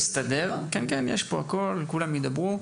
יש פה נציגים וכולם ידברו.